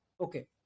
Okay